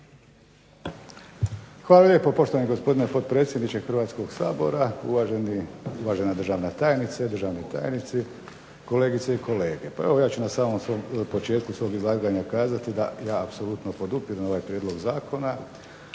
Hvala lijepo poštovani gospodine potpredsjedniče Hrvatskog sabora, uvažena državna tajnice, državni tajnici, kolegice i kolege. Pa evo, ja ću na samom svom početku svog izlaganja kazati da ja apsolutno podupirem ovaj prijedlog zakona,